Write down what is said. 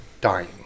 dying